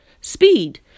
speed